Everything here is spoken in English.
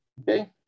Okay